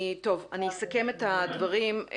אני אסכם את הדברים,